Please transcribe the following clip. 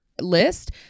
list